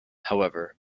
however